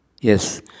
Yes